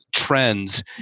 Trends